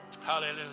Hallelujah